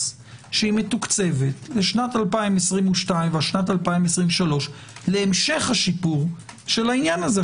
שמתוקצבת לשבת 2022 ושנת 2023 להמשך השיפור של העניין הזה?